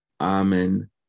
Amen